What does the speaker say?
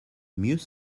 mieux